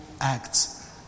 acts